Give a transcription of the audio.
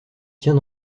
tient